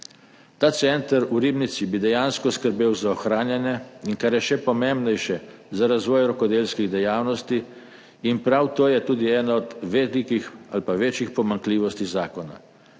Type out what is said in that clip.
Ta center v Ribnici bi dejansko skrbel za ohranjanje in, kar je še pomembnejše, za razvoj rokodelskih dejavnosti in prav to je tudi ena od velikih ali pa večjih pomanjkljivosti zakona.